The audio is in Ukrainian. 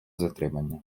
затримання